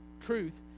truth